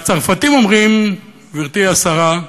והצרפתים אומרים, גברתי השרה,